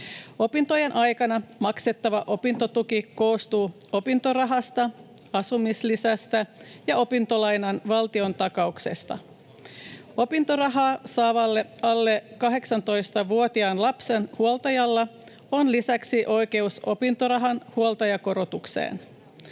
Opintojen aikana maksettava opintotuki koostuu opintorahasta, asumislisästä ja opintolainan valtiontakauksesta. Opintorahaa saavalla alle 18-vuotiaan lapsen huoltajalla on lisäksi oikeus opintorahan huoltajakorotukseen.